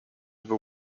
był